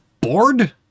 bored